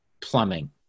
plumbing